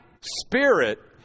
spirit